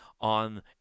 on